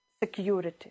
security